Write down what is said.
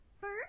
first